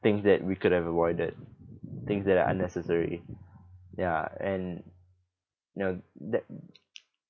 things that we could have avoided things that are unnecessary ya and you know that